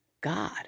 God